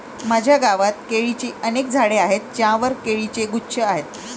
माझ्या गावात केळीची अनेक झाडे आहेत ज्यांवर केळीचे गुच्छ आहेत